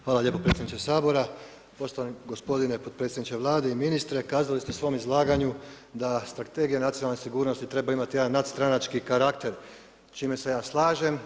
Hvala lijepo predsjedniče Sabora, poštovani gospodine potpredsjedniče Vlade i ministre kazali ste u svom izlaganju da Strategija nacionalne sigurnosti treba imati jedan nadstranački karakter čime se ja slažem.